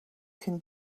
can